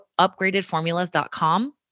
upgradedformulas.com